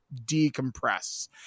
decompress